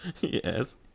Yes